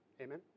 Amen